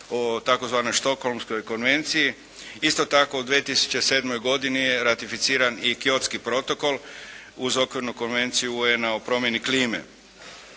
o tzv. Stocholmskoj konvenciji. Isto tako, u 2007. godini je ratificiran i Kyotski protokol uz Okvirnu konvenciju UN-a o promjeni klime.